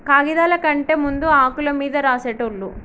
కాగిదాల కంటే ముందు ఆకుల మీద రాసేటోళ్ళు